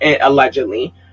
allegedly